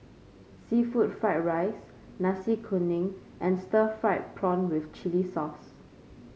seafood Fried Rice Nasi Kuning and Stir Fried Prawn with Chili Sauce